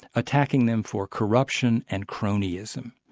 attacking them for corruption and cronyism.